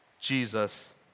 Jesus